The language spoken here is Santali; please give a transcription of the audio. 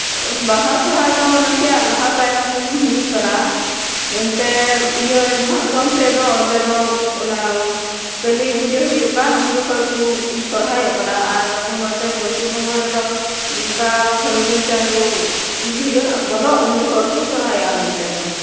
ᱵᱟᱦᱟ ᱥᱚᱨᱦᱟᱭ ᱫᱚ ᱱᱟᱥᱮᱭᱟᱜ ᱞᱟᱦᱟ ᱛᱟᱭᱱᱚᱢ ᱦᱩᱭᱩᱜ ᱠᱟᱱᱟ ᱚᱱᱛᱮ ᱤᱭᱟᱹ ᱡᱷᱟᱲᱠᱷᱚᱸᱰ ᱥᱮᱫ ᱫᱚ ᱚᱱᱛᱮ ᱫᱚ ᱚᱱᱟ ᱠᱟᱹᱞᱤᱯᱩᱡᱟᱹ ᱦᱩᱭᱩᱜ ᱠᱟᱱ ᱩᱱ ᱡᱚᱠᱷᱚᱡ ᱠᱚ ᱥᱚᱦᱚᱨᱟᱭᱚᱜ ᱠᱟᱱᱟ ᱟᱨ ᱟᱵᱚ ᱱᱚᱛᱮ ᱯᱚᱥᱪᱤᱢ ᱵᱚᱝᱜᱚ ᱨᱮᱫᱚ ᱚᱱᱠᱟ ᱯᱷᱟᱹᱜᱩᱱ ᱪᱟᱸᱫᱚ ᱦᱩᱭᱩᱜ ᱵᱚᱞᱚᱜ ᱩᱱ ᱡᱚᱠᱷᱚᱡ ᱠᱚ ᱥᱟᱦᱚᱨᱟᱭᱚᱜᱼᱟ ᱱᱚᱱᱛᱮ ᱫᱚ